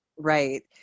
Right